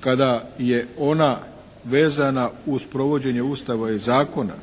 kada je ona vezana uz provođenje Ustava i zakona